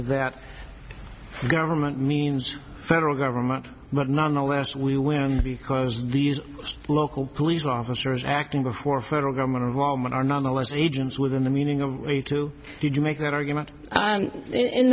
the government means federal government but nonetheless we win because these local police officers acting before federal government involvement are nonetheless agents within the meaning of the two did you make that argument